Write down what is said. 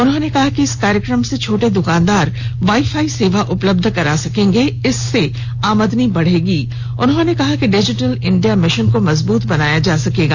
उन्होंने कहा कि इस कार्यक्रम से छोटे दुकानदार वाई फाई सेवा उपलब्ध करा सकेंगे इससे आमदनी बढेगी उन्होंने कहा कि इससे डिजिटल इंडिया मिशन को मजबूत बनाया जा सकेगा